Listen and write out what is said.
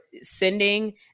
sending